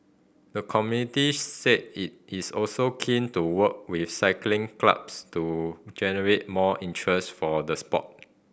the committee said it is also keen to work with cycling clubs to generate more interest for the sport